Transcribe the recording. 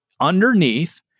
Underneath